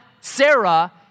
Sarah